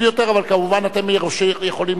אבל כמובן אתם יכולים לעמוד,